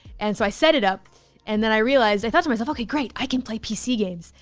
and so i set it up and then i realized. i thought to myself, okay, great, i can play pc games.